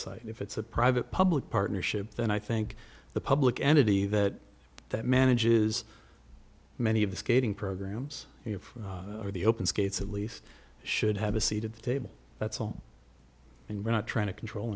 private side if it's a private public partnership then i think the public entity that that manages many of the skating programs if we are the open skates at least should have a seat at the table that's all and we're not trying to control